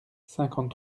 cinquante